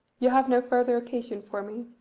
you have no further occasion for me?